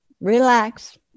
relax